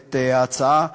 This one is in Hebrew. את ההצעה.